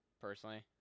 personally